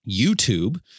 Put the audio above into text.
YouTube